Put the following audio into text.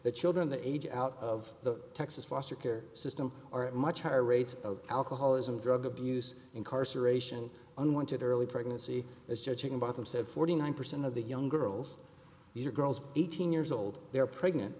the children that age out of the texas foster care system are at much higher rates of alcoholism drug abuse incarceration unwanted early pregnancy is judging by them said forty nine percent of the young girls these are girls eighteen years old they're pregnant